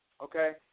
okay